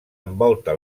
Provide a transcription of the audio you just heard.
envolta